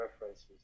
references